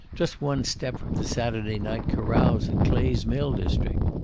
just one step from the saturday night carouse in clay's mill district.